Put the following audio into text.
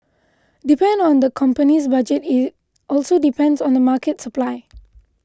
depend on the company's budget and it also depends on the market supply